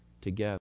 together